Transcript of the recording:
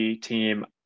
team